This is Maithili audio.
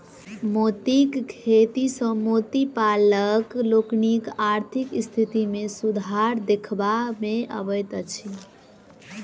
मोतीक खेती सॅ मोती पालक लोकनिक आर्थिक स्थिति मे सुधार देखबा मे अबैत अछि